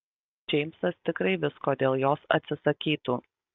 džeimsas tikrai visko dėl jos atsisakytų